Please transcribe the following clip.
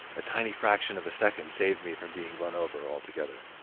a tiny fraction of a second saved me from being run over altogether.